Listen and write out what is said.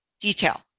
detail